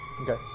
Okay